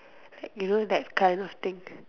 like you know that kind of thing